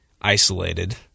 isolated